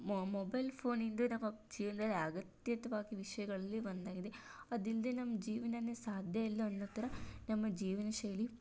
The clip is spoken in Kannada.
ಮೊಬೆಲ್ ಫೋನ್ ಇಂದ ನಮ್ಮ ಜೀವನದಲ್ಲಿ ಅಗತ್ಯತ್ವಾಗಿ ವಿಷಯಗಳಲ್ಲಿ ಒಂದಾಗಿದೆ ಅದಿಲ್ಲದೇ ನಮ್ಮ ಜೀವನವೇ ಸಾಧ್ಯ ಇಲ್ಲ ಅನ್ನೋ ಥರ ನಮ್ಮ ಜೀವನ ಶೈಲಿ